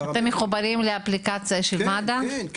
פרמדיקים וכולי.